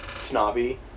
snobby